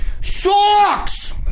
socks